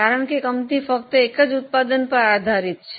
કારણ કે કંપની ફક્ત એક જ ઉત્પાદન પર આધારીત છે